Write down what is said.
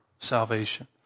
Salvation